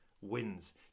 wins